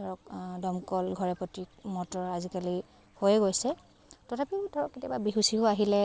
ধৰক দমকল ঘৰে প্ৰতি মটৰ আজিকালি হৈয়ে গৈছে তথাপিও ধৰক কেতিয়াবা বিহু চিহু আহিলে